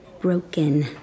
broken